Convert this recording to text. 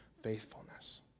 faithfulness